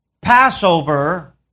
Passover